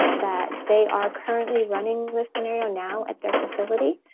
ah that they are currently running this scenario now at their facility,